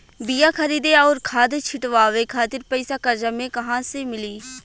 बीया खरीदे आउर खाद छिटवावे खातिर पईसा कर्जा मे कहाँसे मिली?